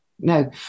no